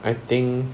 I think